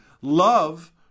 love